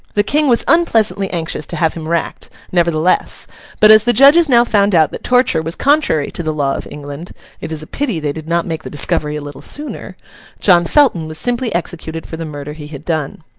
the king was unpleasantly anxious to have him racked, nevertheless but as the judges now found out that torture was contrary to the law of england it is a pity they did not make the discovery a little sooner john felton was simply executed for the murder he had done.